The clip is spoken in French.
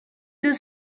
deux